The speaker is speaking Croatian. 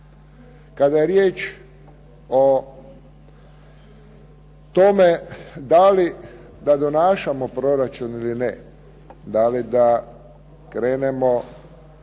Kada je riječ o tome da li da donašamo proračun ili ne, da li da krenemo